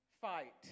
fight